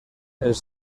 els